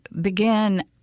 begin